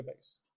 database